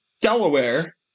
Delaware